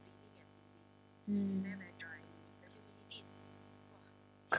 mm